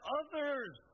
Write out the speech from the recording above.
others